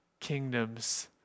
kingdoms